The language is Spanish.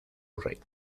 reino